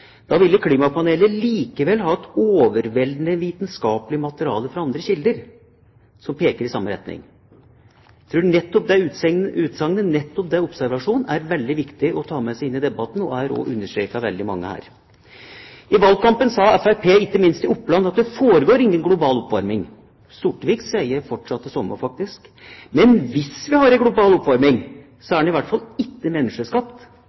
Da ville klimapanelet likevel ha et overveldende vitenskapelig materiale fra andre kilder, som peker i samme retning.» Jeg tror nettopp det utsagnet, nettopp den observasjonen er veldig viktig å ta med seg inn i debatten, og det er også understreket av veldig mange her. I valgkampen sa Fremskrittspartiet, ikke minst i Oppland, at det ikke foregår noen global oppvarming. Sortevik sier fortsatt det samme, faktisk. Men hvis vi har en global oppvarming, er den i alle fall ikke menneskeskapt,